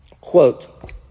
Quote